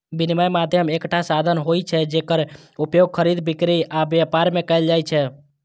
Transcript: विनिमय माध्यम एकटा साधन होइ छै, जेकर उपयोग खरीद, बिक्री आ व्यापार मे कैल जाइ छै